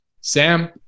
Sam